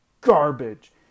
garbage